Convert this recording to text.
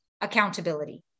accountability